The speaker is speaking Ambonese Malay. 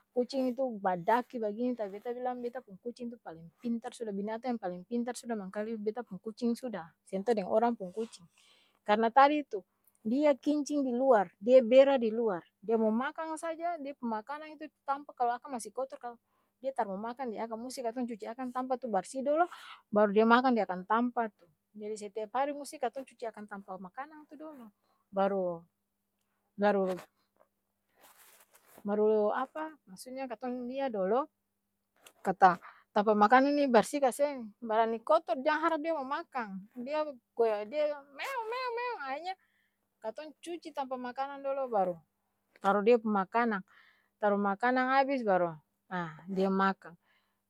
Kucing itu badaki bagini tapi beta bilang beta pung kucing itu paleng pintar sudah binatang yang paleng pintar sudah mangkali beta pung kucing sudah, seng tau deng orang pung kucing, karna tadi itu, dia kincing di luar, dia bera di luar, dia mo makang saja, dia pung makanang itu tampa kalo akang masi kotor kaa, dia tar mo makang di akang, musti katong cuci akang tampa tu barsih dolo, baru dia makang di akang tampa tu, jadi setiap hari musti katong cuci akang tampa makanang tu dolo, baru. baru baru apa? Maksutnya katong lia dolo, kata tampa makanang ni barsi ka seng? Barani kotor, jang harap dia mo makang, dia dia-meong. meong meong. Ahi nya, katong cuci tampa makanang dolo baru, taru dia pung makanang, taru makanang abis baru haa dia makang.